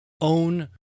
own